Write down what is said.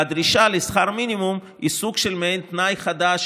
והדרישה לשכר מינימום היא סוג של מעין תנאי חדש,